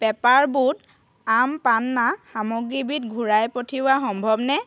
paper boat aam panna সামগ্ৰীবিধ ঘূৰাই পঠিওৱা সম্ভৱনে